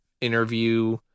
interview